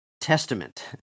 testament